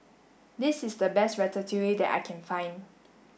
this is the best Ratatouille that I can find